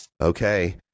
okay